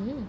hmm